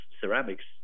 ceramics